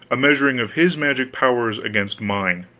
a measuring of his magic powers against mine.